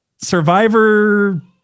survivor